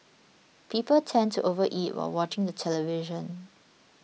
people tend to overeat while watching the television